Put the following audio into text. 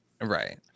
Right